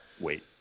wait